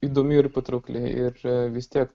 įdomi ir patraukli ir vis tiek